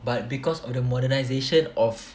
but because of the modernisation of